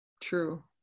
true